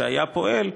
שהיה פועל,